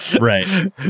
right